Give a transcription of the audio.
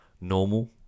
normal